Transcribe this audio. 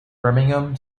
birmingham